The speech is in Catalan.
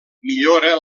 millora